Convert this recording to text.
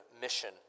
mission